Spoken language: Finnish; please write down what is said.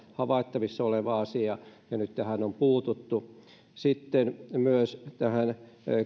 havaittavissa oleva asia ja nyt tähän on puututtu sitten myös